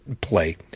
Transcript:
play